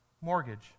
mortgage